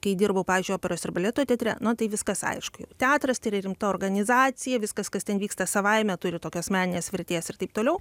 kai dirbau pavyzdžiui operos ir baleto teatre na tai viskas aišku teatras tai yra rimta organizacija viskas kas ten vyksta savaime turi tokios meninės vertės ir taip toliau